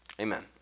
Amen